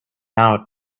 out